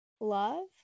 love